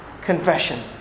confession